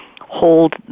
hold